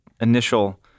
initial